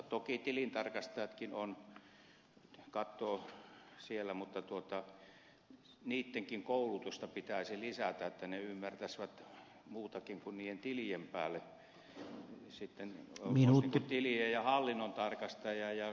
toki tilintarkastajatkin ovat ja katsovat siellä mutta näittenkin koulutusta pitäisi lisätä että ymmärtäisivät muunkin kuin niiden tilien päälle olisivat tilien ja hallinnon tarkastajia ja katsoisivat onko siinä talossa noudatettu näitä ohjeita